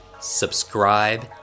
subscribe